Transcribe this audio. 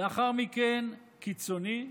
לאחר מכן, קיצוני,